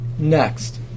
Next